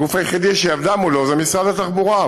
הגוף היחידי שהיא עבדה מולו הוא משרד התחבורה,